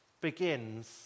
begins